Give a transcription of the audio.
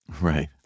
Right